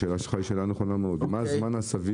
השאלה שלך היא שאלה נכונה מאוד, מה הזמן הסביר.